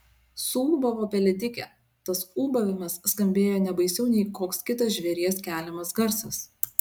suūbavo pelėdikė tas ūbavimas skambėjo ne baisiau nei koks kitas žvėries keliamas garsas